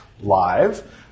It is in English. Live